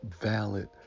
valid